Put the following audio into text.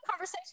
conversation